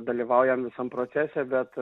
dalyvaujam visam procese bet